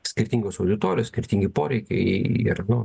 skirtingos auditorijos skirtingi poreikiai ir nu